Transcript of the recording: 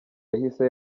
yahise